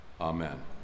Amen